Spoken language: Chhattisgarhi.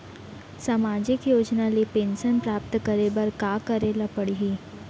सामाजिक योजना ले पेंशन प्राप्त करे बर का का करे ल पड़ही?